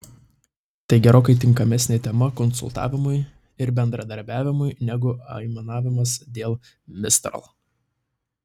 tai gerokai tinkamesnė tema konsultavimui ir bendradarbiavimui negu aimanavimas dėl mistral